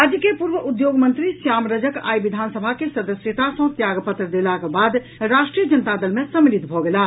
राज्य के पूर्व उद्योग मंत्री श्याम रजक आई विधानसभा के सदस्यता सँ त्याग पत्र देलाक बाद राष्ट्रीय जनता दल मे सम्मिलित भऽ गेलाह